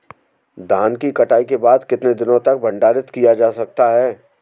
धान की कटाई के बाद कितने दिनों तक भंडारित किया जा सकता है?